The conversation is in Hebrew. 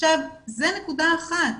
זו נקודה אחת.